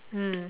mm